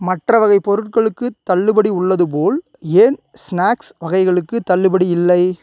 மற்ற வகை பொருட்களுக்கு தள்ளுபடி உள்ளதுபோல் ஏன் ஸ்நாக்ஸ் வகைகளுக்கு தள்ளுபடி இல்லை